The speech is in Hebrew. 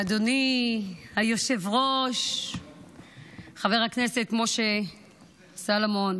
אדוני היושב-ראש חבר הכנסת משה סולומון,